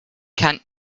can